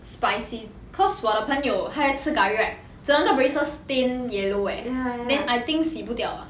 spicy cause 我的朋友他吃 curry right 整个 braces stain yellow eh then I think 洗不掉